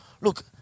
Look